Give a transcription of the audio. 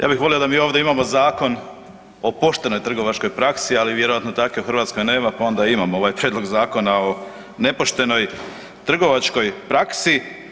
Ja bih volio da mi ovdje imamo zakon o poštenoj trgovačkoj praksi ali vjerojatno takve Hrvatska nema pa onda imamo ovaj prijedlog zakona o nepoštenoj trgovačkoj praksi.